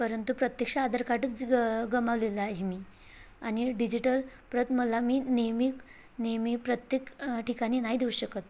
परंतु प्रत्यक्ष आधार कार्डच ग गमावलेलं आहे मी आणि डिजिटल प्रत मला मी नेहमी नेहमी प्रत्येक ठिकाणी नाही देऊ शकत